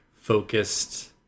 focused